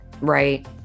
Right